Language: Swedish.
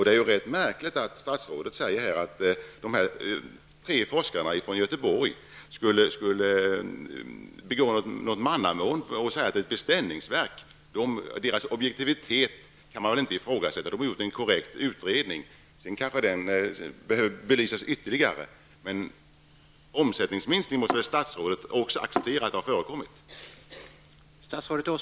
Det är rätt märkligt att statsrådet säger att de tre forskarna från Göteborg skulle begå mannamån och att han säger att det är fråga om ett beställningsverk. Man kan väl inte ifrågasätta deras objektivitet. De har gjort en korrekt utredning. Sedan kanske det är nödvändigt att ytterligare belysa den. Men även statsrådet måste väl acceptera att det har förekommit en omsättningsminskning?